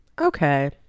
Okay